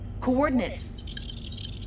Coordinates